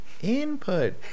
input